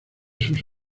sus